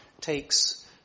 takes